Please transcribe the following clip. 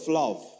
love